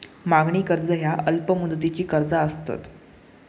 मागणी कर्ज ह्या अल्प मुदतीची कर्जा असतत